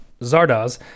Zardoz